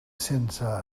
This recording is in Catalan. sense